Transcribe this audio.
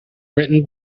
written